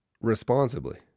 responsibly